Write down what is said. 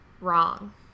Wrong